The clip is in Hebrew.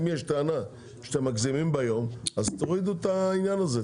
אם יש טענה שאתם מגזימים ביום אז תורידו את העניין הזה,